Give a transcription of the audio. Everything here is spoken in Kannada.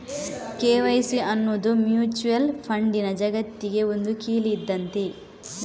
ಕೆ.ವೈ.ಸಿ ಅನ್ನುದು ಮ್ಯೂಚುಯಲ್ ಫಂಡಿನ ಜಗತ್ತಿಗೆ ಒಂದು ಕೀಲಿ ಇದ್ದಂತೆ